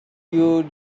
you